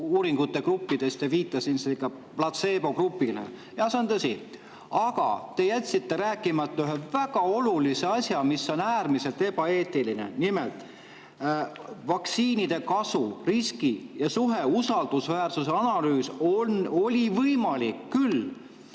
uuringugruppidest ja viitasite ka platseebogrupile. Jah, see on tõsi. Aga te jätsite rääkimata ühe väga olulise asja, mis on äärmiselt ebaeetiline. Nimelt, vaktsiinide kasu ja riski suhte usaldusväärne analüüs oli võimalik küll,